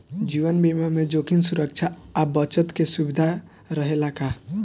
जीवन बीमा में जोखिम सुरक्षा आ बचत के सुविधा रहेला का?